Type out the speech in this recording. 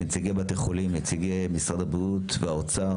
לנציגי בתי החולים ולנציגי משרדי הבריאות והאוצר,